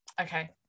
Okay